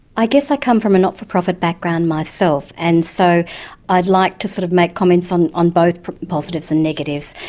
i guess i come from a not-for-profit background myself and so i'd like to sort of make comments on on both positives and negatives.